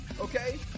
Okay